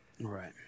right